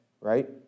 right